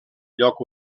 lloc